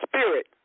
spirit